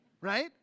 Right